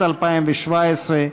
התשע"ח 2017,